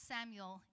Samuel